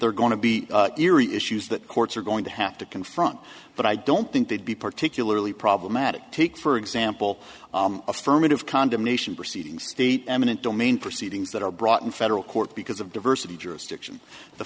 are going to be erie issues that courts are going to have to confront but i don't think they'd be particularly problematic take for example affirmative condemnation proceedings state eminent domain proceedings that are brought in federal court because of diversity jurisdiction the